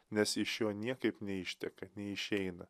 nes iš jo niekaip neišteka neišeina